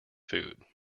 food